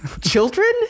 Children